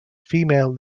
female